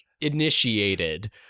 initiated